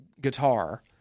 guitar